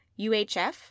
UHF